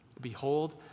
Behold